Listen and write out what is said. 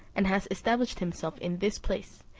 and has established himself in this place,